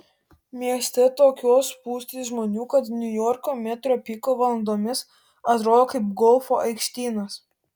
mieste tokios spūstys žmonių kad niujorko metro piko valandomis atrodo kaip golfo aikštynas